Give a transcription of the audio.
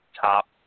top